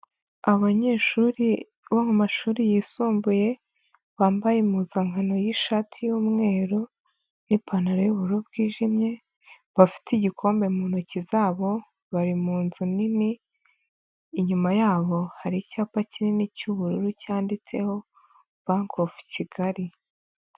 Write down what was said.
Abanyeshuri bo mu mashuri yisumbuye bambaye impuzankano y'ishati y'umweru n'ipantaro y'ubururu bwijimye, bafite igikombe mu ntoki zabo bari mu inzu nini, inyuma yabo hari icyapa kinini cy'ubururu cyanditseho bank of Kigali.